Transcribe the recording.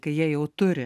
kai jie jau turi